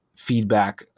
feedback